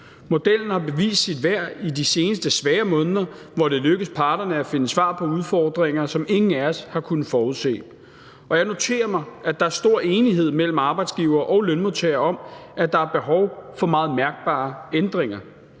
Modellen har bevist sit værd i de seneste svære måneder, hvor det er lykkedes parterne at finde svar på udfordringer, som ingen af os har kunnet forudse, og jeg noterer mig, at der er stor enighed mellem arbejdsgivere og lønmodtagere om, at der er behov for meget mærkbare ændringer.